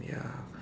ya